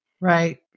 Right